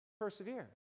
Persevere